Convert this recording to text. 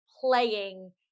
playing